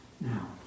Now